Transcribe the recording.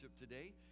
today